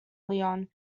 leon